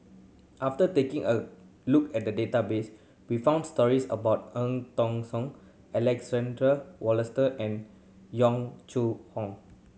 after taking a look at the database we found stories about Eng Tong Soon Alexander Wolster and Yong Chu Hong